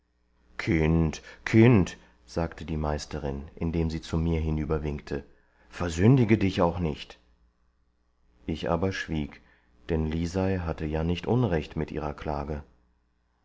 kind kind sagte die meisterin indem sie zu mir hinüberwinkte versündige dich auch nicht ich aber schwieg denn lisei hatte ja nicht unrecht mit ihrer klage